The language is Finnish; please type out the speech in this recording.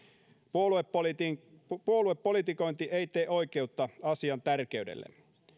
puoluepolitikointi puoluepolitikointi ei tee oikeutta asian tärkeydelle